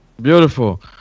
Beautiful